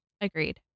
Agreed